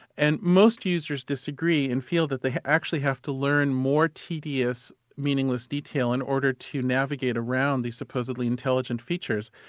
and most users disagree and feel that they actually have to learn more tedious, meaningless detail in order to navigate around these supposedly intelligent features.